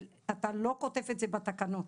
אתה לא כותב את זה בתקנות,